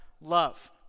Love